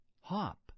Hop